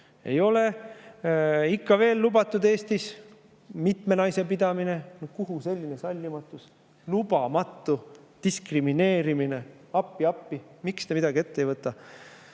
ei ole ikka veel lubatud mitmenaisepidamine. Kuidas selline sallimatus? Lubamatu diskrimineerimine! Appi-appi, miks te midagi ette ei võta?